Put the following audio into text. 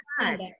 god